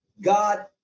God